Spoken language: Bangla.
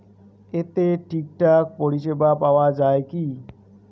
এতে ঠিকঠাক পরিষেবা পাওয়া য়ায় কি?